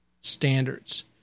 standards